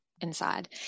inside